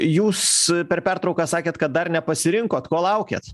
jūs per pertrauką sakėt kad dar nepasirinkot ko laukiat